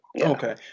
Okay